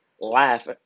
laugh